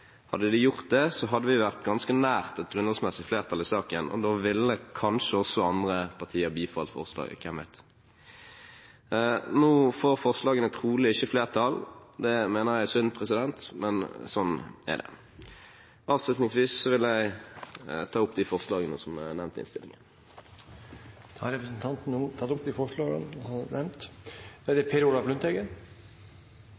Hadde de gjort det, hadde vi vært ganske nær et grunnlovsmessig flertall i saken, og da ville kanskje også andre partier bifalt forslaget – hvem vet? Nå får forslaget trolig ikke flertall. Det mener jeg er synd, men sånn er det. Helt avslutningsvis vil jeg ta opp det forslaget som står i innstillingen. Representanten Erik Skutle har da tatt opp det forslaget han refererte til. Forslaget om at suverenitetsoverføring kan gis med to tredjedels flertall, forutsatt at det